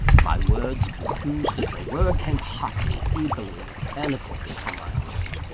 my words, confused as they were, came hotly, eagerly, and eloquently from my heart.